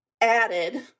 added